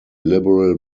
liberal